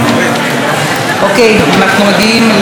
אנחנו מגיעים להצעת אי-אמון,